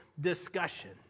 discussion